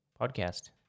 Podcast